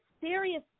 serious